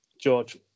George